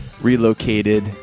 relocated